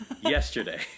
yesterday